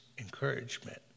encouragement